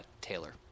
Taylor